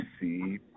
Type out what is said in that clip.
see